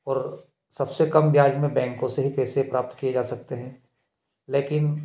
और सब से कम ब्याज में बैंकों से ही पैसे प्राप्त किए जा सकते हैं लेकिन